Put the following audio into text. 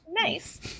nice